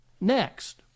Next